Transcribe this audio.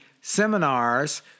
seminars